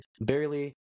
barely